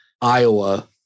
Iowa